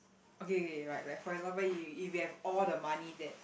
okay okay like like for example you if you have all the money that